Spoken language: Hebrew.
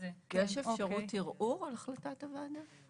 אפשרות ערעור על החלטה כוועדה?